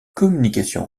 communication